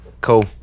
Cool